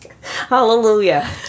Hallelujah